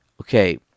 Okay